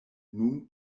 nun